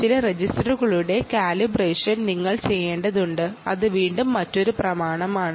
ചില രജിസ്റ്ററുകളുടെ കാലിബ്രേഷനും നിങ്ങൾ ചെയ്യണം